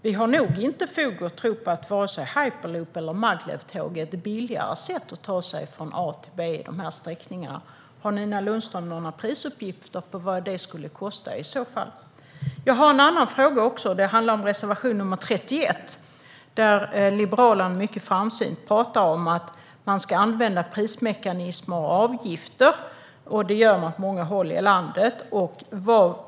Vi har nog inte fog att tro att vare sig hyperloop eller maglevtåg är ett billigare sätt att ta sig från A till B på dessa sträckningar. Har Nina Lundström några prisuppgifter om vad det skulle kosta i så fall? Jag har även en annan fråga som handlar om reservation 31. Där talar Liberalerna mycket framsynt om att man ska använda olika prismekanismer och avgifter, vilket man gör på många håll i landet.